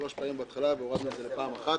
שלוש פעמים בהתחלה והורדנו את זה לפעם אחת.